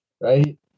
right